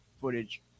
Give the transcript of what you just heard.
footage